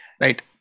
right